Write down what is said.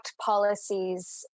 policies